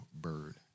bird